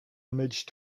image